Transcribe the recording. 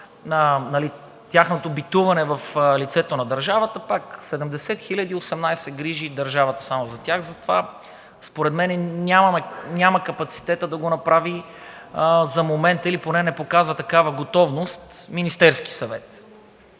тяхното битуване в лицето на държавата. Пак 70 хиляди – 18, се грижи държавата само за тях, затова според мен няма капацитета да го направи за момента или поне не показва такава готовност Министерският съвет.